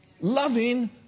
Loving